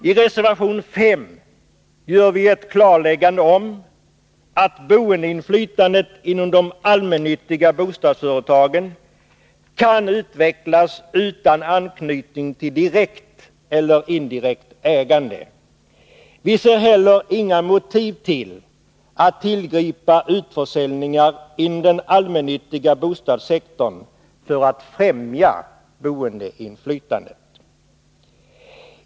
I reservation 5 gör vi ett klarläggande om att boendeinflytandet inom de allmännyttiga bostadsföretagen kan utvecklas utan anknytning till direkt eller indirekt ägande. Vi ser heller inga motiv till att tillgripa utförsäljningar inom den allmännyttiga bostadssektorn för att främja boendeinflytande.